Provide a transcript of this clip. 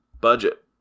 budget